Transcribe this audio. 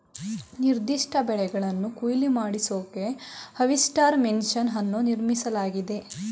ನಿರ್ದಿಷ್ಟ ಬೆಳೆಗಳನ್ನು ಕೊಯ್ಲು ಮಾಡಿಸೋಕೆ ಹಾರ್ವೆಸ್ಟರ್ ಮೆಷಿನ್ ಅನ್ನು ನಿರ್ಮಿಸಲಾಗಿದೆ